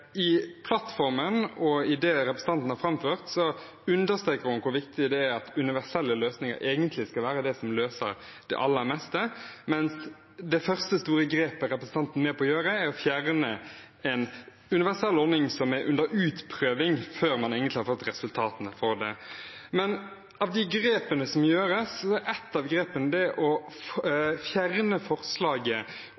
I plattformen og i det representanten har framført, understrekes det hvor viktig det er at universelle løsninger skal være det som løser det aller meste, mens det første store grepet representanten er med på å gjøre, er å fjerne en universell ordning som er under utprøving, før man egentlig har fått resultatene fra den. Av de grepene som gjøres, er et av dem å